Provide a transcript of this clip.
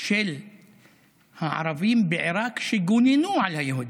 של הערבים בעיראק גוננו על היהודים.